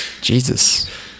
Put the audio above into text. Jesus